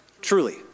Truly